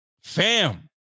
Fam